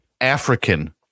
African